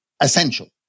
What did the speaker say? essential